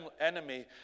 enemy